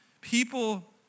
people